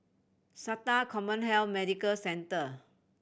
SATA CommHealth Medical Centre